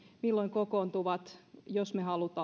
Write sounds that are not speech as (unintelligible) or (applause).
milloin kokoontuvat jos me haluamme (unintelligible)